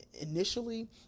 initially